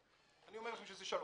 אני אומר לכם שזה שלוש.